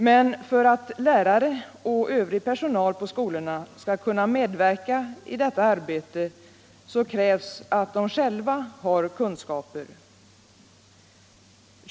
Men för att lärare och övrig personal på skolorna skall kunna medverka i detta arbete krävs att de själva har kunskaper.